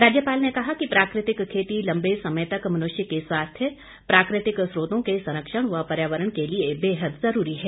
राज्यपाल ने कहा कि प्राकृतिक खेती लंबे समय तक मनुष्य के स्वास्थ्य प्राकृतिक स्रोतों के संरक्षण व पर्यावरण के लिए बेहद ज़रूरी है